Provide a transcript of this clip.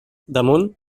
damunt